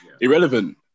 irrelevant